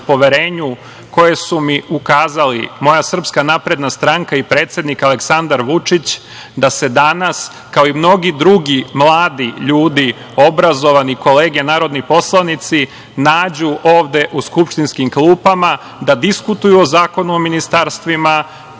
poverenju koje su mi ukazali moja SNS i predsednik Aleksandar Vučić da se danas, kao i mnogi drugi mladi ljudi, obrazovani, kolege narodni poslanici, nađu ovde u skupštinskim klupama, da diskutuju o Zakonu o ministarstvima